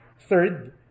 Third